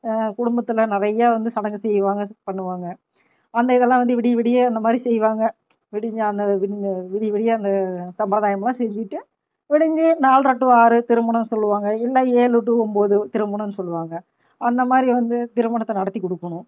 குடும்பத்தில் நிறையா வந்து சடங்கு செய்வாங்க பண்ணுவாங்க அந்த இதெல்லாம் வந்து விடிய விடிய இந்த மாதிரி செய்வாங்க விடிஞ்சால் அந்த விடிய விடிய அந்த சம்பிரதாயமெல்லாம் செஞ்சுட்டு விடிஞ்சு நாலரை டு ஆறு திருமணம் சொல்லுவாங்க இல்லை ஏழு டு ஒம்பது திருமணம் சொல்லுவாங்க அந்த மாதிரி வந்து திருமணத்தை நடத்தி கொடுக்கணும்